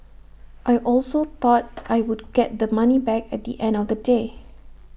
I also thought I would get the money back at the end of the day